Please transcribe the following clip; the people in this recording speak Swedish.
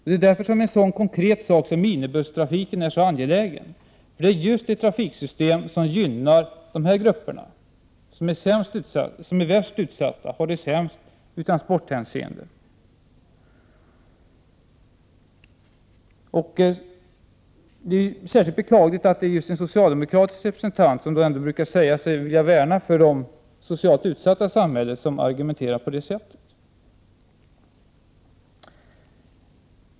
Det är därför en så konkret sak som minibusstrafiken är så angelägen. Det är ett trafiksystem som gynnar de grupper som är värst utsatta och som har det sämst i transporthänseende. Det är särskilt beklagligt att en representant just för socialdemokraterna, som ändå brukar säga sig värna om de socialt utsatta i samhället, argumenterar på det sättet.